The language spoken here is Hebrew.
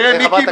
מיקי,